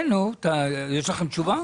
כן, יש לכם תשובה?